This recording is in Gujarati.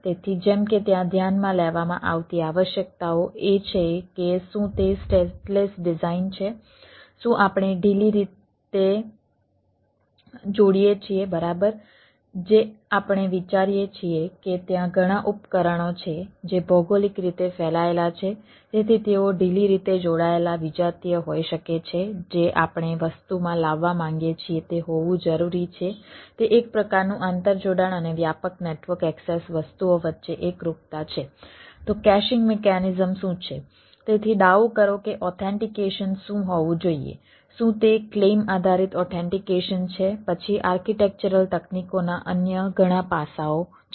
તેથી જેમ કે ત્યાં ધ્યાનમાં લેવામાં આવતી આવશ્યકતાઓ એ છે કે શું તે સ્ટેટલેસ ડિઝાઇન આધારિત ઓથેન્ટિકેશન છે પછી આર્કિટેક્ચરલ તકનીકોના અન્ય ઘણા પાસાઓ છે